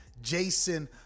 Jason